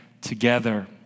together